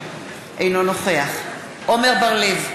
אינו נוכח עמר בר-לב,